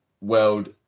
world